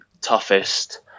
toughest